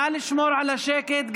נא לשמור על השקט,